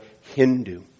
Hindu